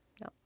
No